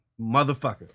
motherfucker